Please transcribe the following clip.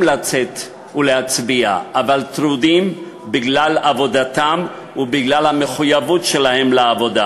לצאת ולהצביע אבל טרודים בגלל עבודתם ובגלל המחויבות שלהם לעבוד,